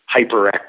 HyperX